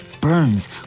Burns